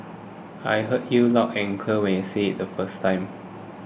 I heard you loud and clear when you said it the first time